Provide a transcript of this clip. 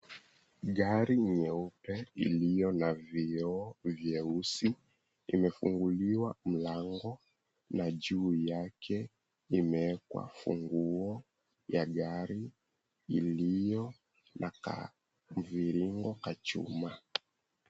Gari nyeupe, iliyo na vioo vyeusi, imefunguliwa mlango. Na juu yake, imewekwa funguo ya gari, iliyo na kamviringo ka chuma.